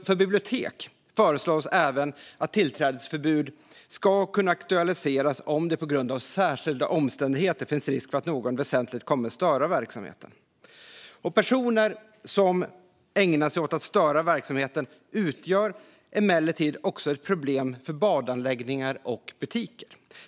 För bibliotek föreslås även att tillträdesförbud ska kunna aktualiseras om det på grund av särskilda omständigheter finns risk för att någon väsentligt kommer att störa verksamheten. Personer som ägnar sig åt att störa verksamheten utgör emellertid också ett problem för badanläggningar och butiker.